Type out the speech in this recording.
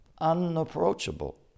unapproachable